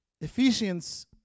Ephesians